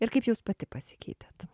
ir kaip jūs pati pasikeitėt